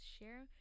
Share